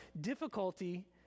difficulty